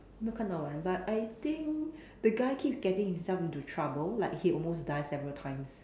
我没有看到完 but I think the guy keep getting himself into trouble like he almost died several times